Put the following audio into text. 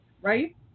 right